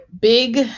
big